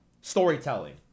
storytelling